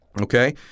okay